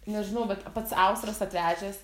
nežinau bet pats austras atvežęs